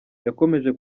yakomeje